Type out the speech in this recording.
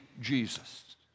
Jesus